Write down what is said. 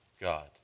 God